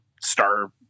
star